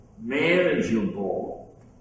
manageable